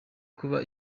kuba